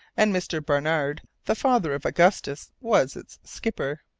and mr. barnard, the father of augustus, was its skipper.